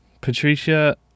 Patricia